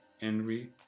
Henry